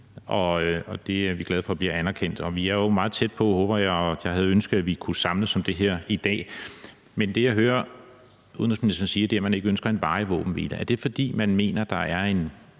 og det er vi glade for bliver anerkendt. Vi er jo meget tæt på, håber jeg, og jeg havde ønsket, at vi kunne samles om det her i dag. Men det, jeg hører udenrigsministeren sige, er, at man ikke ønsker en varig våbenhvile. Er det, fordi man mener, at der